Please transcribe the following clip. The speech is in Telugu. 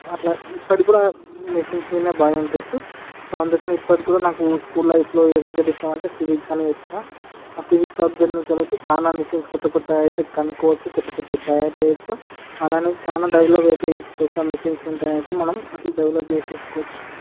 అట్లా ఇప్పటికి కూడా మెషీన్స్ మీదే బాగా ఇంట్రస్ట్ సో అందుకని ఇప్పటికి కూడా నాకు స్కూల్ లైఫ్లో ఏ సబ్జెక్ట్ ఇష్టం అంటే ఫిజిక్స్ అనే చెప్తాను ఆ ఫిజిక్స్ సబ్జెక్ట్ నుంచి అయితే చాలా మెషిన్స్ కొత్త కొత్తవి అయితే కనుక్కోవచ్చు కొత్త కొత్తవి తయారు చేయవచ్చు అలాగే చాలా డెవలప్ అయితే చేసుకోవచ్చు ఆ మేషన్స్ ఉంటే అయితే మనం అట్లా డెవలప్ చేసుకోవచ్చు